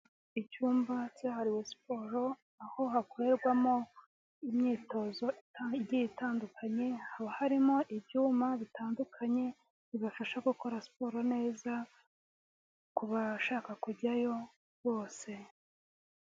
Icyumba cyahariwe siporo aho hakorerwamo imyitozo igiye itandukanye, haba harimo ibyuma bitandukanye bibafasha gukora siporo neza ku bashaka kujyayo bose.